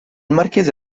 marchese